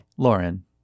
Lauren